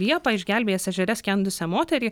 liepą išgelbėjęs ežere skendusią moterį